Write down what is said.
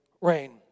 rain